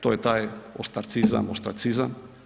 To je taj ostarcizam, ostracizam.